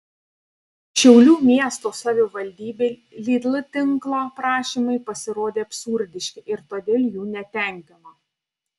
šiaulių miesto savivaldybei lidl tinklo prašymai pasirodė absurdiški ir todėl jų netenkino